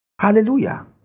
Hallelujah